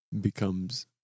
becomes